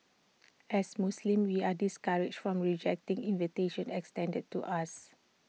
as Muslims we are discouraged from rejecting invitations extended to us